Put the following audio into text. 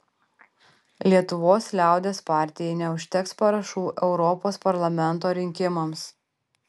lietuvos liaudies partijai neužteks parašų europos parlamento rinkimams